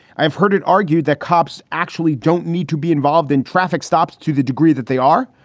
i've heard it argued that cops actually don't need to be involved in traffic stops to the degree that they are.